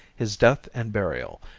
his death and burial,